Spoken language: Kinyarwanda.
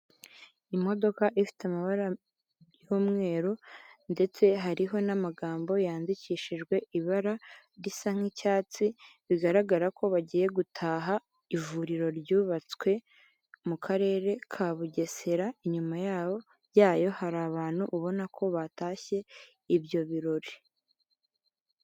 Imodoka ifite amabara y'umweru ndetse hariho n'amagambo yandikishijwe ibara risa nk'icyatsi, bigaragara ko bagiye gutaha ivuriro ryubatswe mu karere ka Bugesera, inyuma yabo yayo hari abantu ubona ko batashye ibyo birori.